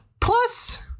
plus